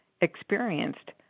experienced